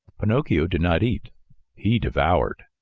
pinocchio did not eat he devoured.